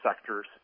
sectors